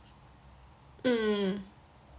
mm